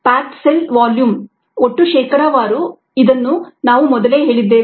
packed cell volume ಒಟ್ಟು ಶೇಕಡಾವಾರು ಇದನ್ನು ನಾವು ಮೊದಲೇ ಹೇಳಿದ್ದೇವೆ